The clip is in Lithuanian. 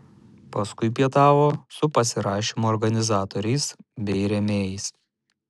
paskui pietavo su pasirašymo organizatoriais bei rėmėjais